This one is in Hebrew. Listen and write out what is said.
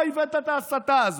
אתה הבאת את ההסתה הזאת.